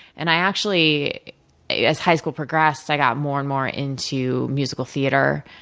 and i actually as high school progressed, i got more and more into musical theatre,